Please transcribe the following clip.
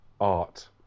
art